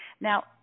now